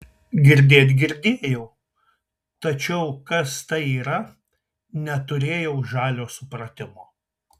girdėt girdėjau tačiau kas tai yra neturėjau žalio supratimo